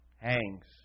hangs